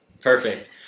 Perfect